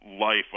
life